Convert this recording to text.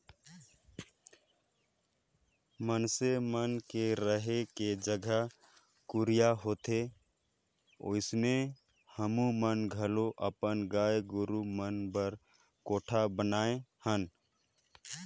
मइनसे मन के रहें के जघा कुरिया होथे ओइसने हमुमन घलो अपन गाय गोरु मन बर कोठा बनाये हन